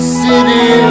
city